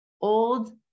old